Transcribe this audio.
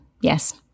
Yes